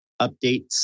updates